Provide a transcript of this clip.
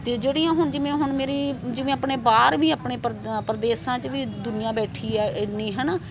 ਅਤੇ ਜਿਹੜੀਆਂ ਹੁਣ ਜਿਵੇਂ ਹੁਣ ਮੇਰੀ ਜਿਵੇਂ ਆਪਣੇ ਬਾਹਰ ਵੀ ਆਪਣੇ ਪ੍ਰ ਪ੍ਰਦੇਸ਼ਾਂ 'ਚ ਵੀ ਦੁਨੀਆ ਬੈਠੀ ਆ ਇੰਨੀ ਹੈ ਨਾ